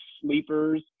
sleepers